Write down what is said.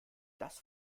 das